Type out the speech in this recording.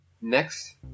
Next